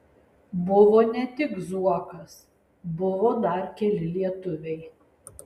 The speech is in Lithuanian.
buvo ne tik zuokas buvo dar keli lietuviai